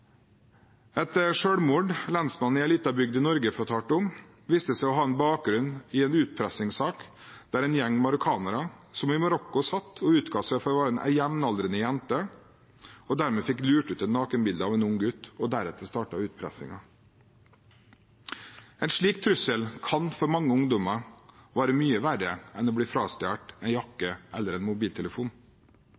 Et selvmord som lensmannen i en liten bygd i Norge fortalte om, viste seg å ha bakgrunn i en utpressingssak der en gjeng marokkanere satt i Marokko og utga seg for å være en jevnaldrende jente. De fikk dermed lurt ut et nakenbilde av en ung gutt, og deretter startet utpressingen. En slik trussel kan for mange ungdommer være mye verre enn å bli frastjålet en jakke